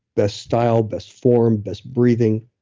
best style best form, best breathing.